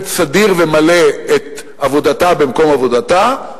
סדיר ומלא את עבודתה במקום עבודתה,